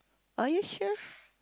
are you sure